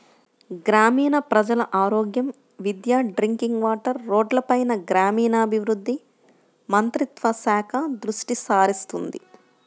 గ్రామీణ ప్రజల ఆరోగ్యం, విద్య, డ్రింకింగ్ వాటర్, రోడ్లపైన గ్రామీణాభివృద్ధి మంత్రిత్వ శాఖ దృష్టిసారిస్తుంది